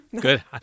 Good